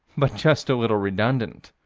but just a little redundant.